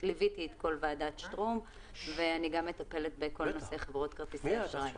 ליוויתי את כל ועדת שטרום ואני גם מטפלת בכל נושא חברות כרטיסי האשראי.